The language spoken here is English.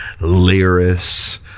Lyris